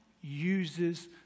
uses